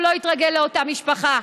הוא לא יתרגל לאותה משפחה.